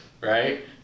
right